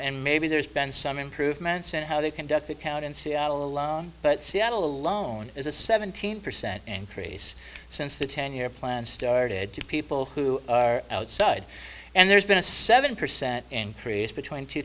and maybe there's been some improvements in how they conduct the count in seattle alone but seattle alone is a seventeen percent increase since the ten year plan started to people who are outside and there's been a seven percent increase between two